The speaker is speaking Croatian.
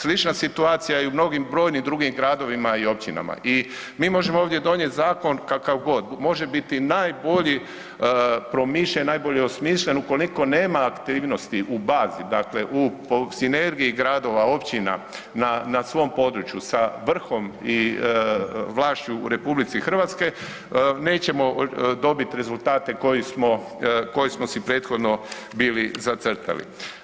Slična situacija i u mnogim brojnim drugim gradovima i općinama i mi možemo ovdje donijet zakon kakav god, može biti najbolje promišljen, najbolje osmišljen, ako neko nema aktivnosti u bazi, dakle po sinergiji gradova, općina, na svom području sa vrhom i vlašću u RH nećemo dobiti rezultate koje smo si prethodno bili zacrtali.